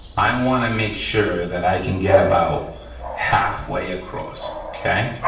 i wanna make sure that i can get about halfway across, okay.